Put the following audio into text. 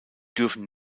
dürfen